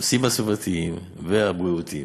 לנושאים הסביבתיים והבריאותיים.